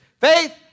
Faith